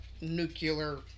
nuclear